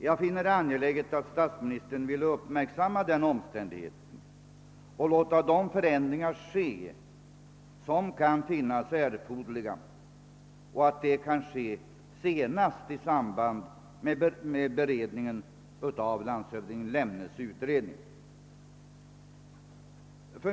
Jag finner det angeläget att statsministern uppmärksammar den omständigheten och låter de förändringar äga rum som kan befinnas erforderliga samt att detta kan ske senast i samband med beredningen av landshövding Lemnes utredning.